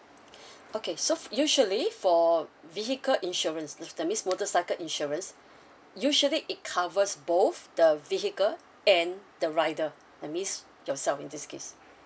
okay so f~ usually for vehicle insurance that means the motorcycle insurance usually it covers both the vehicle and the rider that means yourself in this case